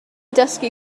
dysgu